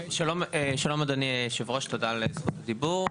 שלום אדוני היושב-ראש, תודה על זכות הדיבור.